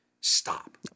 Stop